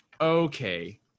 okay